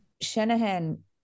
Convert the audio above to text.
Shanahan